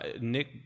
Nick